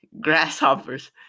grasshoppers